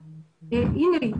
הנה,